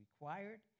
required